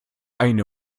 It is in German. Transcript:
eine